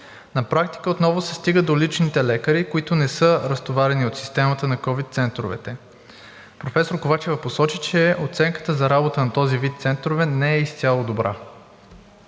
На практика отново се стига до личните лекари, които не са разтоварени от системата на COVID центровете. Професор Ковачева посочи, че оценката за работа на този вид центрове не е изцяло добра.